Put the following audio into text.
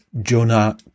Jonah